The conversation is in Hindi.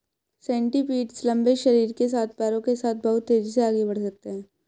सेंटीपीड्स लंबे शरीर के साथ पैरों के साथ बहुत तेज़ी से आगे बढ़ सकते हैं